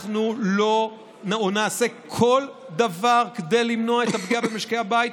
אנחנו נעשה כל דבר כדי למנוע את הפגיעה במשקי הבית.